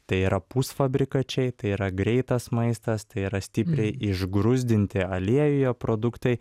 tai yra pusfabrikačiai tai yra greitas maistas tai yra stipriai išgruzdinti aliejuje produktai